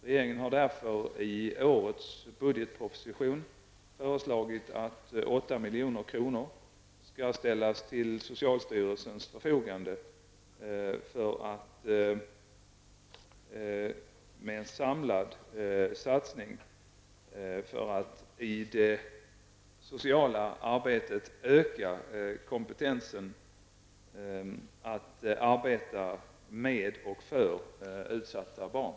Regeringen har därför i årets budgetproposition föreslagit att 8 milj.kr. skall ställas till socialstyrelsens förfogande för en samlad satsning i det sociala arbetet för att öka kompetensen att arbeta med och för utsatta barn.